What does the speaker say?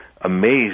amazed